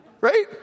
Right